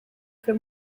für